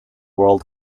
world